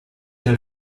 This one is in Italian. nel